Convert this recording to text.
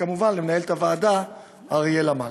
וכמובן למנהלת הוועדה אריאלה מלכה.